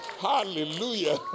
Hallelujah